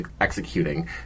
executing